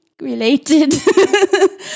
related